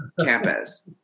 campus